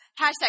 Hashtag